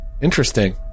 interesting